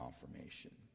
confirmation